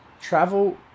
travel